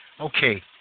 Okay